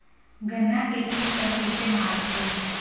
गन्ना के कीट ला कइसे मारथे?